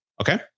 Okay